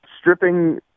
stripping